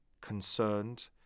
concerned